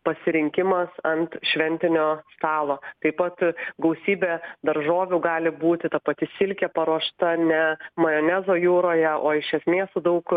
pasirinkimas ant šventinio stalo taip pat gausybė daržovių gali būti ta pati silkė paruošta ne majonezo jūroje o iš esmės su daug